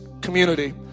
community